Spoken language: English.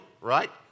Right